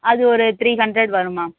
அது ஒரு three hundred வரும் மேம்